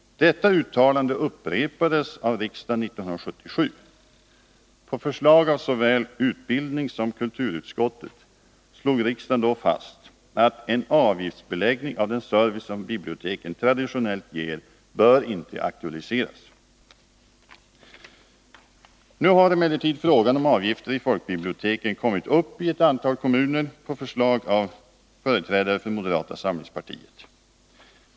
Detta uttalande upprepades av riksdagen 1977. På förslag av såväl utbildningssom kulturutskottet slog riksdagen då fast att ”en avgiftsbeläggning av den service som biblioteken traditionellt ger bör inte aktualiseras”. Nu har emellertid frågan om avgifter i folkbiblioteken kommit upp i ett antal kommuner på förslag av företrädare för moderata samlingspartiet.